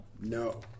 no